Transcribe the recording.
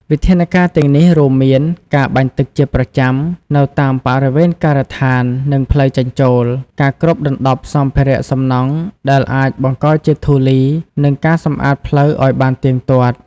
វិធានការទាំងនេះរួមមាន ការបាញ់ទឹកជាប្រចាំ នៅតាមបរិវេណការដ្ឋាននិងផ្លូវចេញចូល ការគ្របដណ្តប់សម្ភារៈសំណង់ដែលអាចបង្កជាធូលី និង ការសម្អាតផ្លូវឱ្យបានទៀងទាត់។